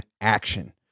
action